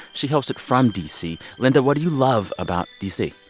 she hosts it from d c. linda, what do you love about d c?